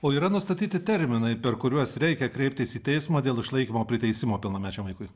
o yra nustatyti terminai per kuriuos reikia kreiptis į teismą dėl išlaikymo priteisimo pilnamečiams vaikui